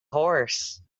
horse